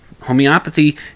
Homeopathy